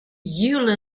euler